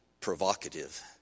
Provocative